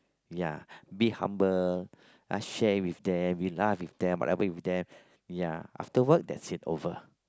ya be humble I share with them you laugh with them whatever with them ya after work that's it over